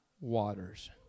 waters